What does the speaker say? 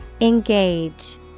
Engage